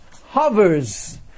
hovers